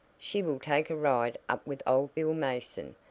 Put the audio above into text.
she will take a ride up with old bill mason,